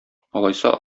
алайса